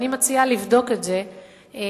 ואני מציעה לבדוק את זה,